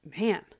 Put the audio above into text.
man